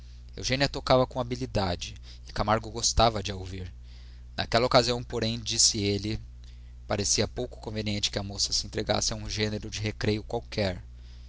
eugênia tocava com habilidade e camargo gostava de a ouvir naquela ocasião porém disse ele parecia pouco conveniente que a moça se entregasse a um gênero de recreio qualquer